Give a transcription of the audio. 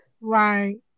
Right